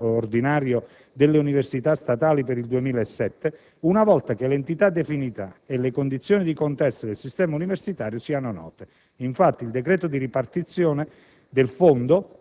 ordinario delle università statali per il 2007 una volta che l'entità definitiva e le condizioni di contesto del sistema universitario siano note. Infatti il decreto di ripartizione del fondo